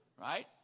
Right